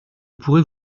pourrais